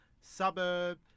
suburb